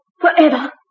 Forever